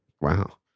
wow